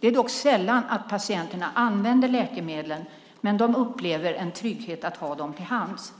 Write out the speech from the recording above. Det är dock sällan patienterna använder läkemedlen, men de upplever en trygghet i att ha dem till hands.